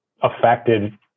affected